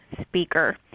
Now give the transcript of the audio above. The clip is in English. speaker